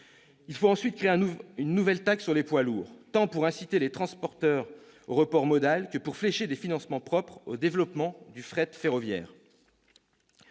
Il faut ensuite créer une nouvelle taxe sur les poids lourds, tant pour inciter les transporteurs au report modal que pour flécher des financements propres au développement du fret ferroviaire.